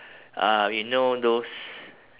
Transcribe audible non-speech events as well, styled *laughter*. *breath* um you know those